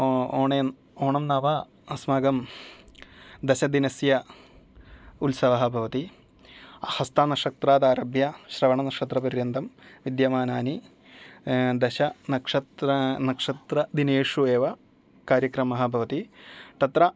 ओणे ओणं नाम अस्माकं दश दिनस्य उत्सवः भवति हस्ता नक्षत्रात् आरभ्य श्रवणनक्षत्र पर्यन्तं विद्यमानानि दश नक्षत्र नक्षत्र दिनेषु एव कार्यक्रमः भवति तत्र